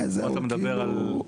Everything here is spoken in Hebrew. פה אתה מדבר על,